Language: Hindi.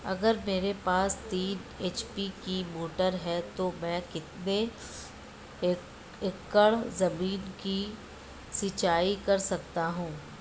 अगर मेरे पास तीन एच.पी की मोटर है तो मैं कितने एकड़ ज़मीन की सिंचाई कर सकता हूँ?